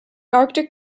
arctic